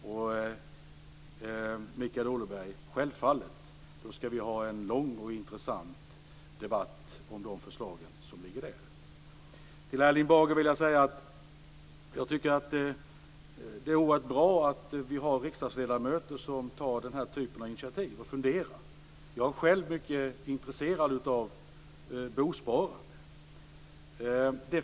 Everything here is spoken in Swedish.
Då skall vi självfallet, Mikael Odenberg, ha en lång och intressant debatt om de förslag som ingår i den. Till Erling Bager vill jag säga att det är oerhört bra att det finns riksdagsledamöter som tar den här typen av initiativ och funderar. Jag är själv mycket intresserad av bosparande.